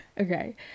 okay